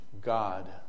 God